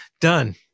Done